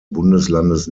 bundeslandes